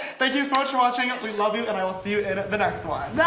thank you so much for watching. and we love you and i will see you in the next one